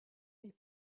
est